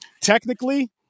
Technically